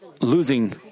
losing